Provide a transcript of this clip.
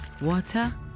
Water